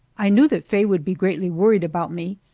i knew that faye would be greatly worried about me,